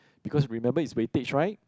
because remember it's weightage right